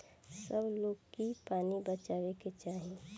सब लोग के की पानी बचावे के चाही